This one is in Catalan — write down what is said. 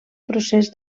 procés